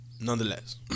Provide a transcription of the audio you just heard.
Nonetheless